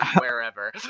wherever